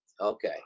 okay